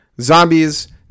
zombies